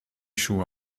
schuhe